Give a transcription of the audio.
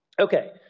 Okay